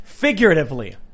Figuratively